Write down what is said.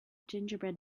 gingerbread